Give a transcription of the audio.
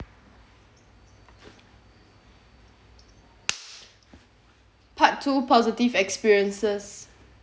part two positive experiences